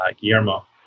Guillermo